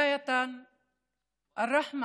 (אומרת בערבית: ראשית, רחמים